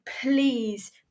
please